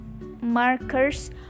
markers